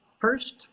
first